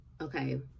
okay